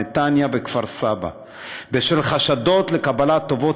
נתניה וכפר-סבא בשל חשדות לקבלת טובות